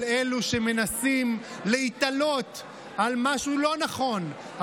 אלו שמנסים להיתלות על משהו לא נכון,